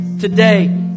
Today